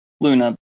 Luna